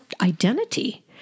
identity